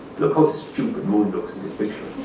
look how stupid moon looks in this picture.